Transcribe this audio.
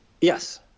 yes